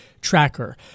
tracker